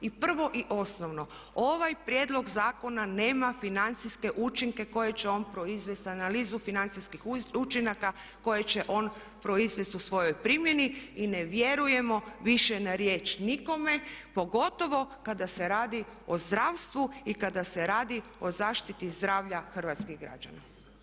I prvo i osnovno ovaj prijedlog zakona nema financijske učinke koje će on proizvesti, analizu financijskih učinaka koje će on proizvesti u svojoj primjeni i ne vjerujemo više na riječ nikome pogotovo kada se radi o zdravstvu i kada se radi o zaštiti zdravlja hrvatskih građana.